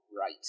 right